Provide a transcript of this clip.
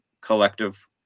collective